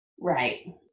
Right